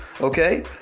Okay